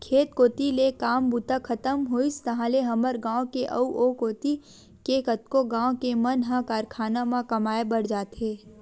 खेत कोती ले काम बूता खतम होइस ताहले हमर गाँव के अउ ओ कोती के कतको गाँव के मन ह कारखाना म कमाए बर जाथे